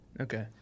Okay